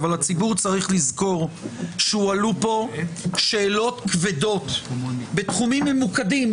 אבל הציבור צריך לזכור שהועלו פה שאלות כבדות בתחומים ממוקדים,